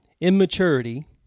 immaturity